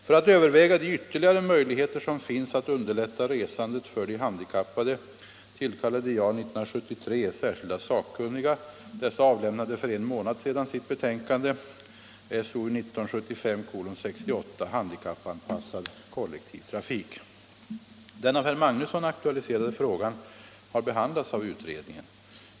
För att överväga de ytterligare möjligheter som finns att underlätta resandet för de handikappade tillkallade jag år 1973 särskilda sakkunniga. Dessa avlämnade för en månad sedan sitt betänkande Handikappanpassad kollektivtrafik. Den av herr Magnusson aktualiserade frågan har behandlats av utredningen.